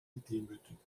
gedemütigt